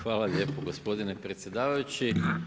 Hvala lijepo gospodine predsjedavajući.